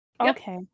okay